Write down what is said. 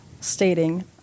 stating